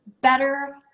better